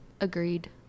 Agreed